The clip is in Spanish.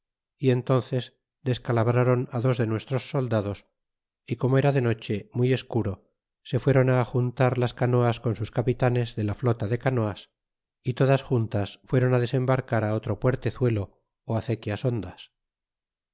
y entnces descalabráron á dos de nuestros soldados y como era de noche muy escuro se fuéron ajuntar las canoas con sus capitanes de la flota de canoas y todas juntas fuéron á desembarcar otro puertezuelo ó azequias hondas